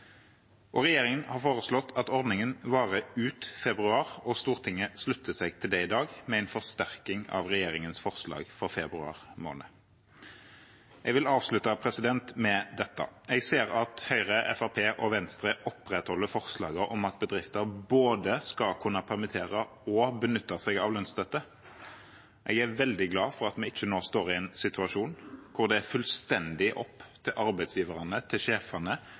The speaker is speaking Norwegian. Regjeringen har foreslått at ordningen varer ut februar, og Stortinget slutter seg til det i dag med en forsterking av regjeringens forslag for februar måned. Jeg vil avslutte med dette: Jeg ser at Høyre, Fremskrittspartiet og Venstre opprettholder forslaget om at bedrifter både skal kunne permittere og benytte seg av lønnsstøtte. Jeg er veldig glad for at vi ikke nå står i en situasjon der det er fullstendig opp til arbeidsgiverne, til sjefene,